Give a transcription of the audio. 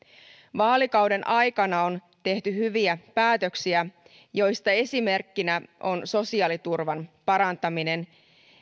vaalikauden aikana on tehty hyviä päätöksiä joista esimerkkinä on sosiaaliturvan parantaminen